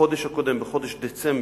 בחודש הקודם, בחודש דצמבר,